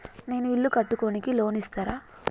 నేను ఇల్లు కట్టుకోనికి లోన్ ఇస్తరా?